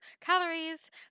calories